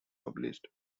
published